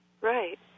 Right